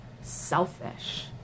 selfish